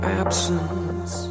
absence